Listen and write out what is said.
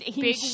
big